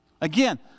Again